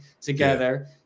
together